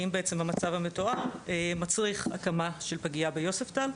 האם המצב המתואר מצריך הקמה של פגייה ביוספטל,